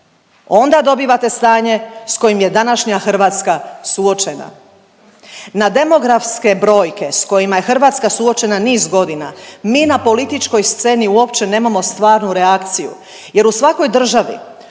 onda dobivate stanje s kojim je današnja Hrvatska suočena. Na demografske brojke s kojima je Hrvatska suočena niz godina mi na političkoj sceni uopće nemamo stvarnu reakciju jer u svakoj državi